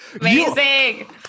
amazing